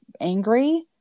angry